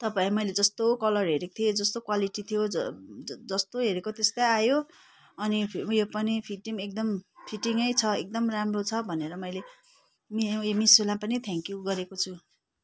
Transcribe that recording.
तपाईँ मैले जस्तो कलर हेरेको थिएँ जस्तो क्वालिटी थियो जस्तो हेरेको त्यस्तै आयो अनि उयो पनि फिटिङ एकदम फिटिङै छ एकदम राम्रो छ भनेर मैले मे उयो मेसोलाई पनि थ्याङ्कयू गरेको छु